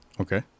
Okay